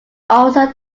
also